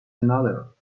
another